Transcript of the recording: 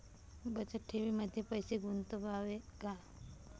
बचत ठेवीमध्ये पैसे गुंतवावे का?